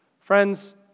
Friends